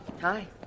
Hi